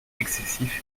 excessif